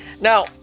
Now